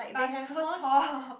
but I'm so tall